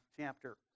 chapter